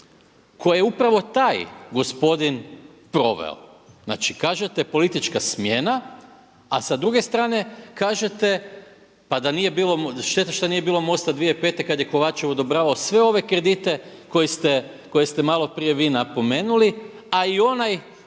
koje je upravo taj gospodin proveo. Znači kažete politička smjena a s druge strane kažete pa da nije bilo, šteta što nije bilo MOST-a 2005. kada je Kovačev odobravao sve ove kredite koje ste maloprije vi napomenuli a i onaj